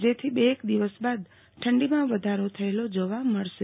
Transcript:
જેથી બે એક દિવસ બાદ ઠંડીમાં વધારો થયેલો જોવા મળશે